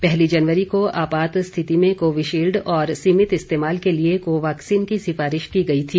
पहली जनवरी को आपात स्थिति में कोविशील्ड और सीमित इस्तेमाल के लिए को वाक्सीन की सिफारिश की गई थी